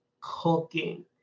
cooking